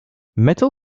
metal